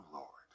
Lord